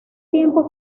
tiempo